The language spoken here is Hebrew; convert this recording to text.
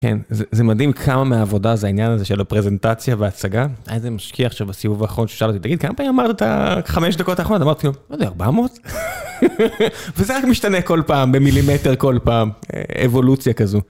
כן, זה מדהים כמה מעבודה זה העניין הזה של הפרזנטציה וההצגה. איזה משקיע שבסיבוב האחרון ששאל אותי, תגיד, כמה פעמים אמרת את החמש דקות האחרונה? אמרתי לו, לא יודע, ארבע מאות? וזה רק משתנה כל פעם, במילימטר כל פעם, אבולוציה כזו.